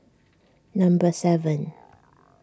number seven